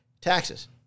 taxes